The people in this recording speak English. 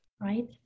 Right